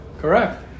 Correct